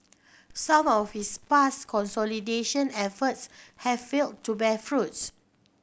some of its past consolidation efforts have failed to bear fruit